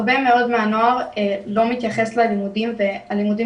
הרבה מאוד מהנוער לא מתייחס ללימודים והלימודים